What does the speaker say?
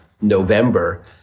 November